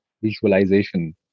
visualization